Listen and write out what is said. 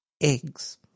Eggs